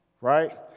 Right